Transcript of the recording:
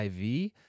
IV